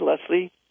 Leslie